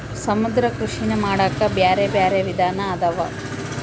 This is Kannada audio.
ಸಮುದ್ರ ಕೃಷಿನಾ ಮಾಡಾಕ ಬ್ಯಾರೆ ಬ್ಯಾರೆ ವಿಧಾನ ಅದಾವ